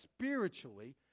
spiritually